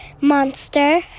monster